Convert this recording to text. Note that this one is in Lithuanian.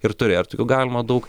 ir turi ir tokių galima daug